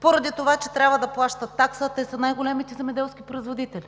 поради това че трябва да плащат такса, а те са най-големите земеделски производители.